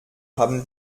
haben